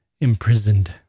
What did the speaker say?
imprisoned